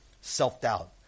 self-doubt